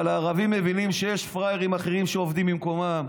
אבל הערבים מבינים שיש פראיירים אחרים שעובדים במקומם,